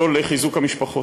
או לחיזוק המשפחות.